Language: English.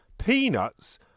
Peanuts